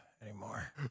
anymore